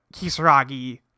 Kisaragi